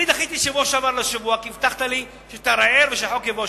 אני דחיתי מהשבוע שעבר לשבוע זה כי הבטחת לי שתערער והחוק יבוא השבוע.